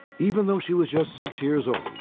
even though she was just six years old,